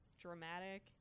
dramatic